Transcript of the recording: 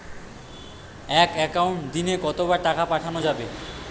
এক একাউন্টে দিনে কতবার টাকা পাঠানো যাবে?